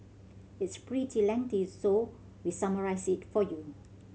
it's pretty lengthy so we summarised for you